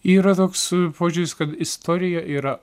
yra toks požiūris kad istorija yra